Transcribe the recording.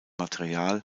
material